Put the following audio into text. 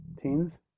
Teens